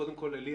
קודם כל עלי,